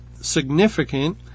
Significant